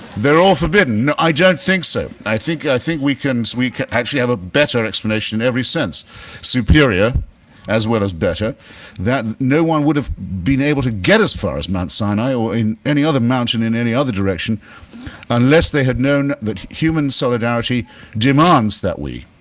they're all forbidden. i don't think so. i think, i think we can we can actually, i have a better explanation ever since superior as well as better that no one would have been able to get as far as mount sinai or any other mountain or in any other direction unless they had known that human solidarity demands that we